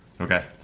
Okay